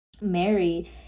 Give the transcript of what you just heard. Mary